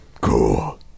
Cool